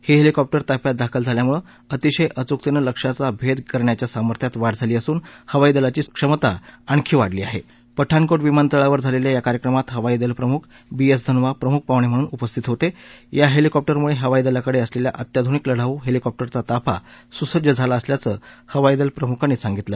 ही helicopter ताफ्यात दाखल झाल्यामुळ अतिशय अचूकती लक्ष्याचा भद्ध करण्याच्या सामर्थ्यात वाढ झाली असून हवाई दलाची क्षमता आणखी वाढली आह पिठाणकोट विमान तळावर झालख्खा या कार्यक्रमात हवाई दल प्रमुख बी एस धनोआ प्रमुख पाहुणम्हिणून उपस्थित होता ग्रा हळिकॉप्टरमुळडियाई दलाकडिअसल्खा अत्याधुनिक लढाऊ हळिकॉप्टरांचा ताफा सुसज्ज झाला असल्याचं हवाईदल प्रमुखांनी सांगितलं